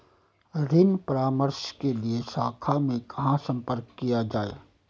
ऋण परामर्श के लिए शाखा में कहाँ संपर्क किया जाए?